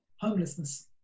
homelessness